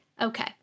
Okay